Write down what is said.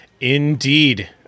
Indeed